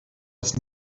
ist